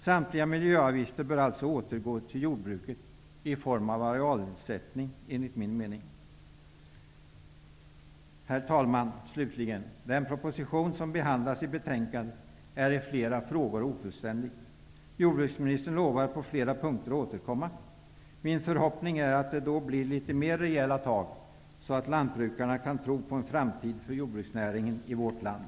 Samtliga miljöavgifter bör alltså återgå till jordbruket i form av arealersättning enligt min mening. Herr talman! Den proposition som behandlas i betänkandet är i flera frågor ofullständig. Jordbruksministern lovar på flera punkter att återkomma. Min förhoppning är att det då blir litet mer rejäla tag, så att lantbrukarna kan tro på en framtid för jordbruksnäringen i vårt land.